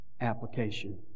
application